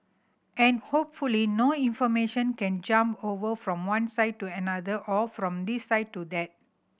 and hopefully no information can jump over from one side to another or from this side to that